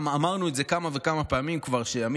גם אמרנו את זה כבר כמה וכמה פעמים כשחבר